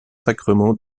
sacrement